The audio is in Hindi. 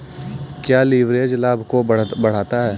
क्या लिवरेज लाभ को बढ़ाता है?